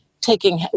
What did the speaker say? taking